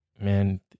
man